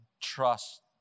trust